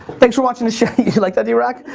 thanks for watching the show. you like that drock?